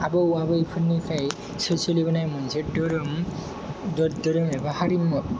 आबौ आबैफोरनिफ्राय सो सोलिबोनाय मोनसे दोरों दोरों एबा हारिमु